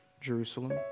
Jerusalem